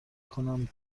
کنم